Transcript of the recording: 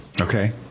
Okay